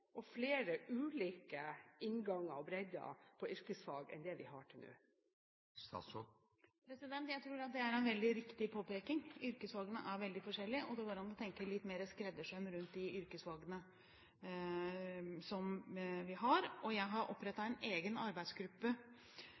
og flere ulike innganger og bredder på yrkesfag enn det vi har hatt til nå? Jeg tror det er en veldig riktig påpekning. Yrkesfagene er veldig forskjellige, og det går an å tenke litt mer skreddersøm rundt de yrkesfagene vi har. Jeg har opprettet en egen arbeidsgruppe,